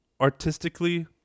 artistically